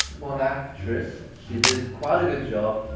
for an actress, she did quite a good job,